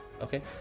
Okay